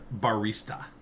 barista